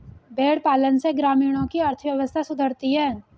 भेंड़ पालन से ग्रामीणों की अर्थव्यवस्था सुधरती है